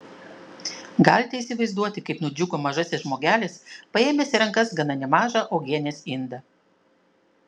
galite įsivaizduoti kaip nudžiugo mažasis žmogelis paėmęs į rankas gana nemažą uogienės indą